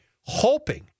hoping